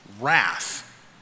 wrath